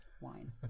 wine